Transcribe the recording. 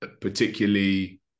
particularly